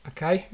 Okay